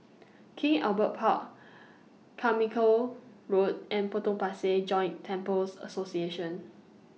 King Albert Park Carmichael Road and Potong Pasir Joint Temples Association